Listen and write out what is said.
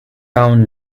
town